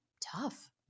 tough